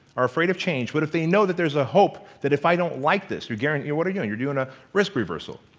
are afraid of change. but if they know that there's a hope, that if i don't like this, we guarantee, what are you and you doing? a risk reversal,